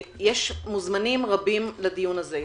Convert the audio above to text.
יש מוזמנים רבים לדיון הזה.